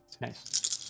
nice